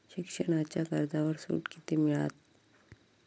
शिक्षणाच्या कर्जावर सूट किती मिळात?